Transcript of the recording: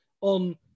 on